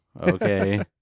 Okay